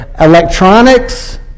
electronics